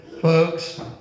Folks